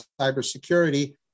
Cybersecurity